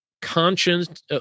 conscience